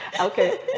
Okay